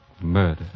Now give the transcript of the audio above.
Murder